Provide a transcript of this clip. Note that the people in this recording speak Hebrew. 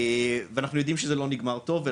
ואנחנו יודעים שזה לא נגמר טוב.